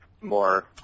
more